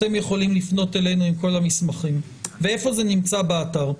אתם יכולים לפנות אלינו עם כל המסמכים והיכן זה נמצא באתר?